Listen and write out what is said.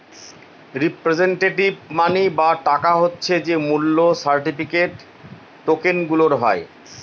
representative money বা টাকা হচ্ছে যে মূল্য সার্টিফিকেট, টকেনগুলার হয়